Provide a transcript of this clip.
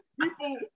people